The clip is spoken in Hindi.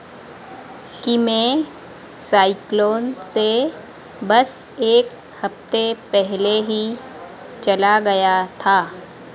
कि मैं साइक्लोन से बस एक हफ़्ते पहले ही चला गया था